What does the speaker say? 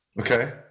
Okay